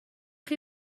chi